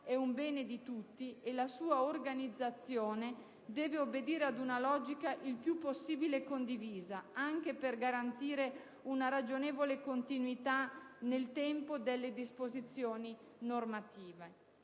è un bene di tutti e la sua organizzazione deve obbedire ad una logica il più possibile condivisa, anche per garantire una ragionevole continuità nel tempo delle disposizioni normative.